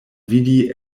vidi